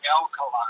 alkaline